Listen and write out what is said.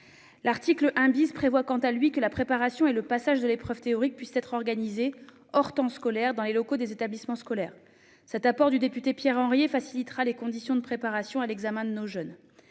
L'article 1 prévoit que la préparation et le passage de l'épreuve théorique pourront être organisés hors temps scolaire dans les locaux des établissements scolaires. Cet apport du député Pierre Henriet facilitera les conditions de préparation à l'examen pour nos jeunes.